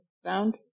found